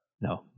No